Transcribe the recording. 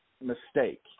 mistake